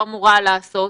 או אמורה לעשות,